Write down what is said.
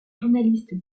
journaliste